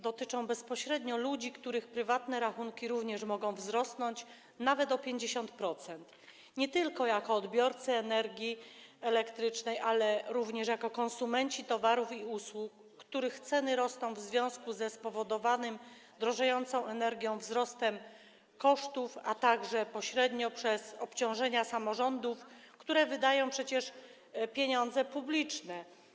Dotyczą one bezpośrednio ludzi, których prywatne rachunki również mogą wzrosnąć nawet o 50%, gdyż to nie tylko odbiorcy energii elektrycznej, ale również konsumenci towarów i usług, których ceny rosną w związku ze spowodowanym drożejącą energią wzrostem kosztów, a także pośrednio przez obciążenia samorządów, które wydają przecież pieniądze publiczne.